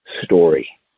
story